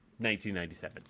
1997